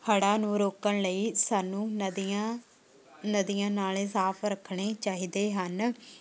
ਹੜ੍ਹਾਂ ਨੂੰ ਰੋਕਣ ਲਈ ਸਾਨੂੰ ਨਦੀਆਂ ਨਦੀਆਂ ਨਾਲ਼ੇ ਸਾਫ ਰੱਖਣੇ ਚਾਹੀਦੇ ਹਨ